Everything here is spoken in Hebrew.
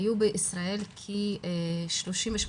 היו בישראל כ-38,500